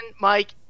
Mike